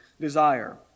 desire